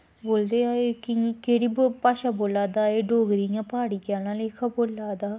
बोलदे कि एह् केह्ड़ी भाशा बोल्ला दा एह् डोगरी इयां प्हाड़ी आह्ला लेक्खा बोल्ला दा